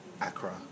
Accra